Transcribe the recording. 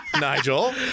Nigel